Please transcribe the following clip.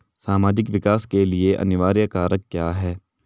सामाजिक विकास के लिए अनिवार्य कारक क्या है?